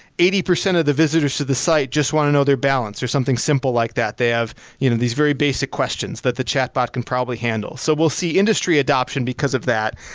eighty percent of the visitors to the site just want to know their balance or something simple like that. they have you know these very basic questions that the chat bot can probably handle. so we'll see industry adoption because of that.